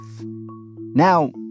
Now